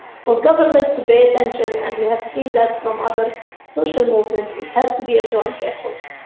for governments to pay attention and we have seen that from other social movements, it has to be a joint effort.